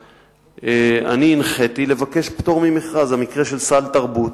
אני הנחיתי לבקש פטור ממכרז, המקרה של סל תרבות.